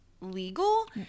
legal